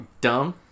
Dumb